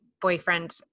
boyfriend